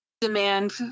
demand